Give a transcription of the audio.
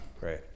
right